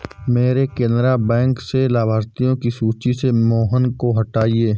मेरे केनरा बैंक से लाभार्थियों की सूची से मोहन को हटाइए